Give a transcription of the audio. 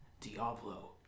Diablo